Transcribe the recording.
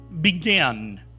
begin